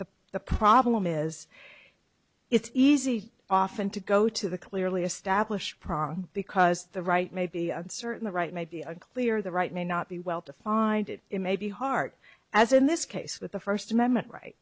that the problem is it's easy often to go to the clearly established process because the right may be uncertain the right may be unclear the right may not be well to find it it may be heart as in this case with the first amendment right